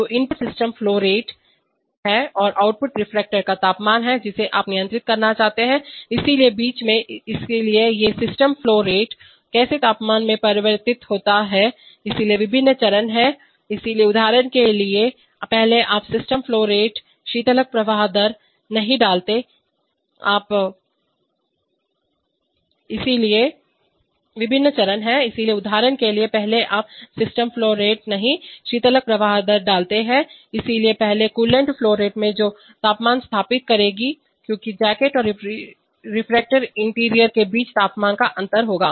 तो input steam flow rate है और आउटपुट रिएक्टर का तापमान है जिसे आप नियंत्रित करना चाहते हैं इसलिए बीच में इसलिए ये स्टीम फ्लो रेट कैसे तापमान में परिवर्तित होती है इसलिए विभिन्न चरण हैं इसलिए उदाहरण के लिए पहले आप स्टीम फ्लो रेट शीतलक प्रवाह दरकूलैंट फ्लो रेट नहीं डालते हैं इसलिए पहले कूलैंट फ्लो रेट जैकेट में एक तापमान स्थापित करेगी क्योंकि जैकेट और रिएक्टर इंटीरियर के बीच तापमान का अंतर होगा